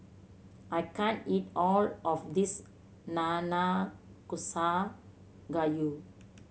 I can't eat all of this Nanakusa Gayu